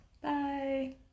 Bye